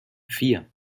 vier